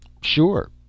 Sure